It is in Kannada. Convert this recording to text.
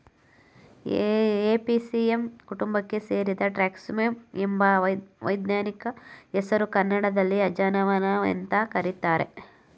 ಏಪಿಯೇಸಿಯೆ ಕುಟುಂಬಕ್ಕೆ ಸೇರಿದ ಟ್ರ್ಯಾಕಿಸ್ಪರ್ಮಮ್ ಎಮೈ ವೈಜ್ಞಾನಿಕ ಹೆಸರು ಕನ್ನಡದಲ್ಲಿ ಅಜವಾನ ಅಂತ ಕರೀತಾರೆ